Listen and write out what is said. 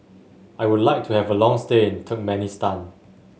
I would like to have a long stay in Turkmenistan